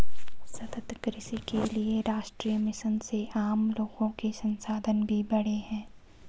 सतत कृषि के लिए राष्ट्रीय मिशन से आम लोगो के संसाधन भी बढ़े है